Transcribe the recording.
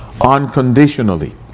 Unconditionally